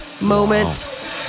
moment